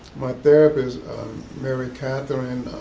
my therapist mary kathryn,